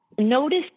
Notice